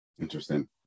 interesting